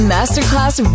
Masterclass